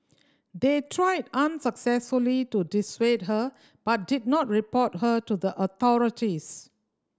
they tried unsuccessfully to dissuade her but did not report her to the authorities